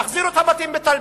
תחזירו את הבתים בטלביה.